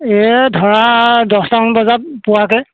এই ধৰা দহটামান বজাত পোৱাকৈ